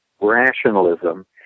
rationalism